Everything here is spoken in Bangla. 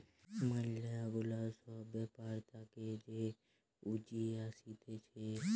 ম্যালা গুলা সব ব্যাপার থাকে যে পুঁজি আসতিছে